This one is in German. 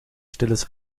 stilles